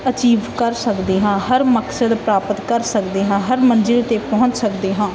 achieve ਕਰ ਸਕਦੇ ਹਾਂ ਹਰ ਮਕਸਦ ਪ੍ਰਾਪਤ ਕਰ ਸਕਦੇ ਹਾਂ ਹਰ ਮੰਜ਼ਿਲ 'ਤੇ ਪਹੁੰਚ ਸਕਦੇ ਹਾਂ